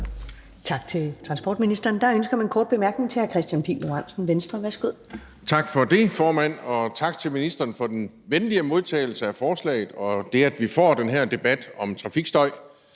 Tak til transportministeren. Der er ønske om en kort bemærkning fra hr. Kristian Pihl Lorentzen, Venstre. Værsgo. Kl. 15:22 Kristian Pihl Lorentzen (V): Tak for det, formand. Og tak til ministeren for den venlige modtagelse af forslaget og det, at vi får den her debat om trafikstøj.